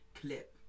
clip